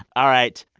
all right.